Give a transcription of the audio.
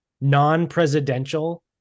non-presidential